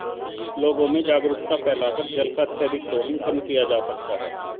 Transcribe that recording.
लोगों में जागरूकता फैलाकर जल का अत्यधिक दोहन कम किया जा सकता है